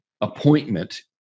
appointment